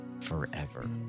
forever